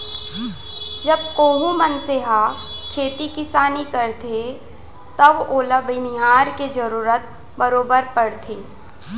जब कोहूं मनसे ह खेती किसानी करथे तव ओला बनिहार के जरूरत बरोबर परथे